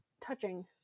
touching